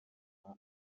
nka